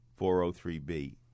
403B